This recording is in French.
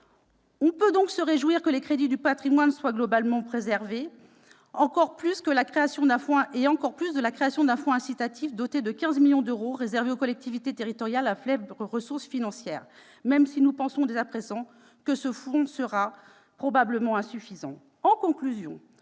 On peut donc se réjouir de la préservation globale des crédits du patrimoine et, encore plus, de la création d'un fonds incitatif, doté de 15 millions d'euros, réservé aux collectivités territoriales à faibles ressources financières, même si nous estimons dès à présent que ce fonds sera probablement insuffisant.